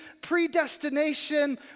predestination